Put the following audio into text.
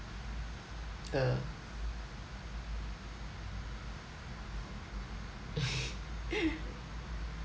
uh